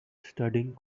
studying